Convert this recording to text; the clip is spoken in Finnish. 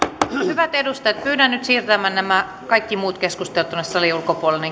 hyvät edustajat pyydän nyt siirtämään nämä kaikki muut keskustelut tuonne salin ulkopuolelle